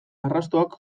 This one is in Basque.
arrastoak